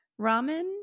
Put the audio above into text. ramen